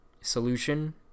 solution